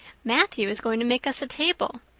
matthew is going to make us a table.